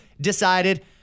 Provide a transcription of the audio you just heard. Decided